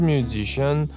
Musician